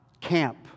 camp